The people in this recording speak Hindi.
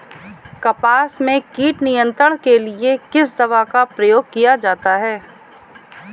कपास में कीट नियंत्रण के लिए किस दवा का प्रयोग किया जाता है?